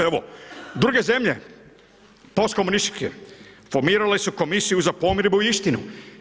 Evo, druge zemlje, postkomunističke, formirale su komisije za pomirbu i istinu.